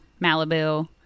Malibu